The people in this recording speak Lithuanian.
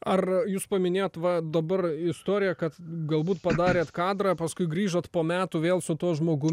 ar jūs paminėjot va dabar istoriją kad galbūt padarėt kadrą paskui grįžot po metų vėl su tuo žmogum